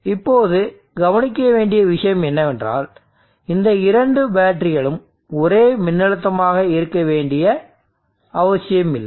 இப்போது கவனிக்க வேண்டிய விஷயம் என்னவென்றால் இந்த இரண்டு பேட்டரிகளும் ஒரே மின்னழுத்தமாக இருக்க வேண்டிய அவசியமில்லை